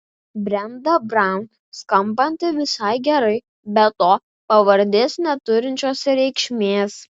brenda braun skambanti visai gerai be to pavardės neturinčios reikšmės